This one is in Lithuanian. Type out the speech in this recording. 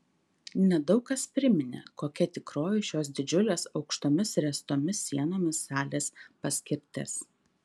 nedaug kas priminė kokia tikroji šios didžiulės aukštomis ręstomis sienomis salės paskirtis